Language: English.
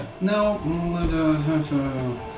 no